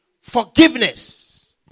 Forgiveness